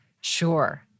Sure